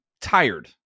tired